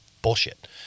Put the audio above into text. bullshit